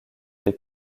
des